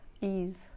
ease